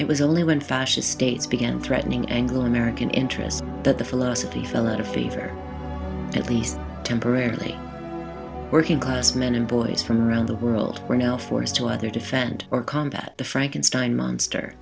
it was only when fascist states began threatening anglo american interests that the philosophy fell out of favor at least temporarily working class men and boys from around the world are now forced to either defend or combat the frankenstein monster